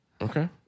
Okay